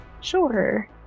Sure